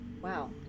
Wow